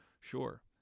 Sure